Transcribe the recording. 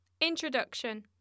Introduction